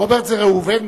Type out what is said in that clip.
רוברט זה ראובן,